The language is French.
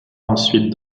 ensuite